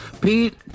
Pete